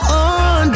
on